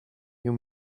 you